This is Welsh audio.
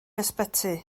ysbyty